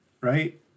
right